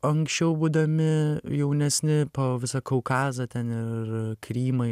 anksčiau būdami jaunesni po visą kaukazą ten ir krymą